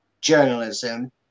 journalism